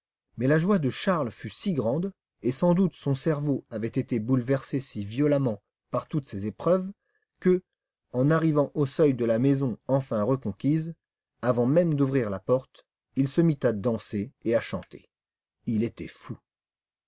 mais la joie de charles fut si grande et sans doute son cerveau avait été bouleversé si violemment par toutes ces épreuves que en arrivant au seuil de la maison enfin reconquise avant même d'ouvrir la porte il se mit à danser et à chanter il était fou